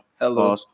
Hello